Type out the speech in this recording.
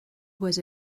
was